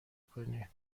کنی